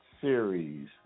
series